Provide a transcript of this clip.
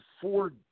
four